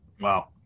wow